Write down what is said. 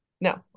no